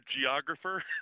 geographer